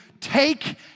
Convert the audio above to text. take